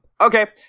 okay